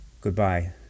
Goodbye